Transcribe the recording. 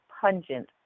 pungent